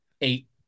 Eight